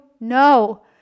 no